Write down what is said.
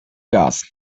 gas